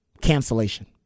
cancellation